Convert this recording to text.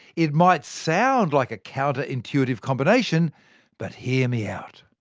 it might sound like a counter-intuitive combination but hear me out.